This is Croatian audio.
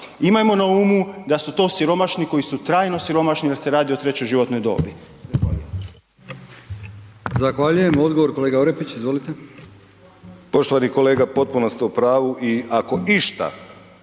Imajmo na umu da su to siromašni koji su trajno siromašni jer se radi o trećoj životnoj dobi.